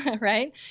Right